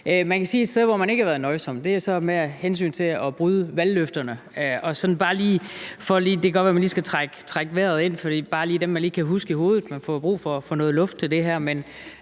Man kan sige, at et sted, hvor man ikke har været nøjsom, er med hensyn til at bryde valgløfterne. Det kan godt være, vi lige skal trække vejret ind, for bare lige dem, man kan huske i hovedet, kan man få brug for noget luft til: Man